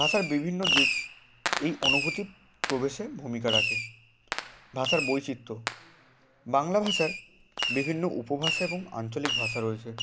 ভাষার বিভিন্ন দিক এই অনুভূতি প্রকাশে ভূমিকা রাখে ভাষার বৈচিত্র বাংলা ভাষার বিভিন্ন উপভাষা এবং আঞ্চলিক ভাষা রয়েছে